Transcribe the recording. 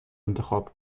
انتخاب